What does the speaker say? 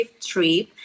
trip